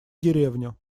деревню